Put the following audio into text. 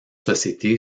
société